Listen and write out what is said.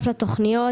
תוכנית